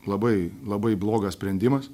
labai labai blogas sprendimas